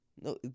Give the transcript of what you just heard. No